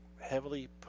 heavily